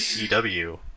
E-W